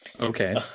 okay